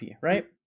right